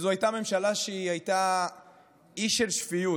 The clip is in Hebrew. זאת הייתה ממשלה שהייתה אי של שפיות